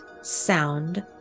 sound